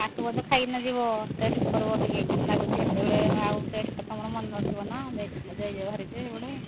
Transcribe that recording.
ଆସିବ ଯେ ଖାଇକି ଯିବ ଟେଷ୍ଟ କରିବ ଟିକେ କେମିତି ଲାଗୁଛି ସେତେବେଳେ ଆଉ ଟେଷ୍ଟ ତୁମର ମନେ ନଥିବ ନା ଯାଇଥିଲ ଯେ ସେପଟେ